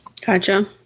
Gotcha